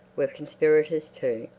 were conspirators too.